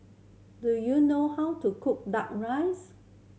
do you know how to cook Duck Rice